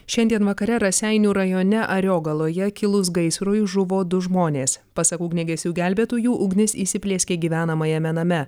šiandien vakare raseinių rajone ariogaloje kilus gaisrui žuvo du žmonės pasak ugniagesių gelbėtojų ugnis įsiplieskė gyvenamajame name